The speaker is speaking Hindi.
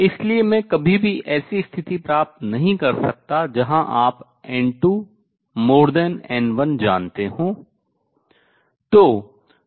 इसलिए मैं कभी भी ऐसी स्थिति प्राप्त नहीं कर सकता जहाँ आप n2n1 जानते हों